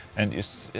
and it.